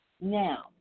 Now